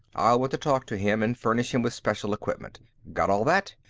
i'll want to talk to him, and furnish him with special equipment. got all that?